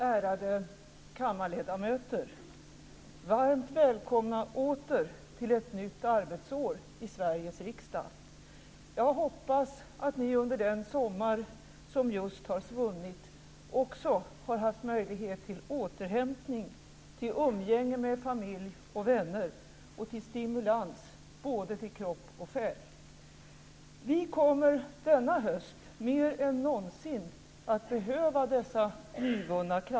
Ärade kammarledamöter! Varmt välkomna åter till ett nytt arbetsår i Sveriges riksdag. Jag hoppas att ni under den sommar som just har svunnit också har haft möjlighet till återhämtning, till umgänge med familj och vänner och till stimulans, både till kropp och själ. Vi kommer denna höst mer än någonsin att behöva dessa nyvunna krafter.